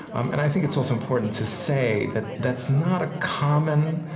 um and i think it's also important to say that that's not a common